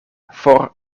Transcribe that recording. for